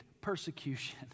persecution